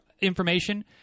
information